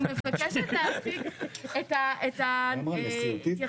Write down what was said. אני מבקשת להציג את ההתייחסות,